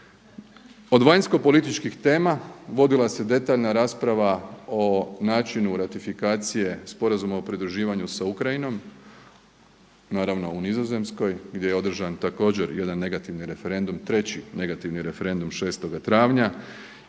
Od vanjskopolitičkih tema vodila se detaljna rasprava o načinu ratifikacije Sporazuma o pridruživanju sa Ukrajinom, naravno u Nizozemskoj gdje je održan također jedan negativni referendum, treći negativni referendum 6. travnja